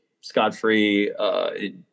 scot-free